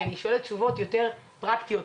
אני מבקשת תשובות יותר פרקטיות,